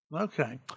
Okay